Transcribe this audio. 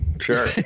Sure